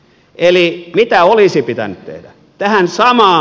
eli mitä olisi pitänyt tehdä